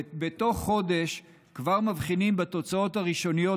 ובתוך חודש כבר מבחינים בתוצאות הראשוניות,